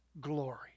glory